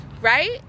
right